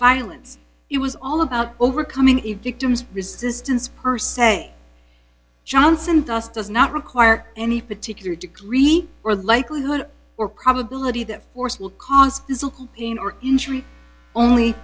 violence it was all about overcoming a victim's resistance per se johnson to us does not require any particular degree or likelihood or probability that force will cause physical pain or injury only